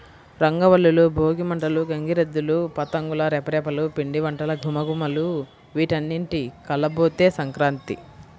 రంగవల్లులు, భోగి మంటలు, గంగిరెద్దులు, పతంగుల రెపరెపలు, పిండివంటల ఘుమఘుమలు వీటన్నింటి కలబోతే సంక్రాంతి